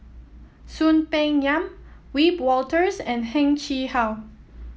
Soon Peng Yam Wiebe Wolters and Heng Chee How